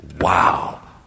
wow